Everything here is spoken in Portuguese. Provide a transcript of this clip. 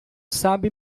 sabe